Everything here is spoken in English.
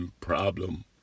problem